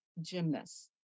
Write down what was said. gymnast